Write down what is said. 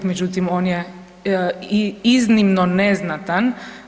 Međutim, on je iznimno neznatan.